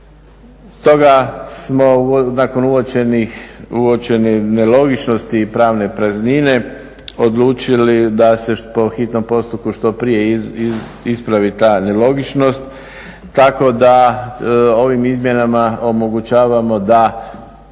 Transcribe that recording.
Stoga, smo nakon uočenih nelogičnosti i pravne praznine odlučili da se po hitnom postupku što prije ispravi ta nelogičnost tako da ovim izmjenama omogućavamo da